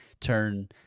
turn